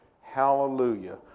Hallelujah